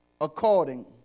according